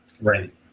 Right